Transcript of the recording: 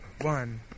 One